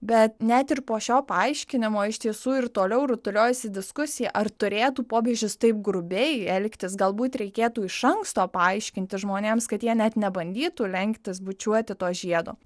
bet net ir po šio paaiškinimo iš tiesų ir toliau rutuliojasi diskusija ar turėtų popiežius taip grubiai elgtis galbūt reikėtų iš anksto paaiškinti žmonėms kad jie net nebandytų lenktis bučiuoti to žiedo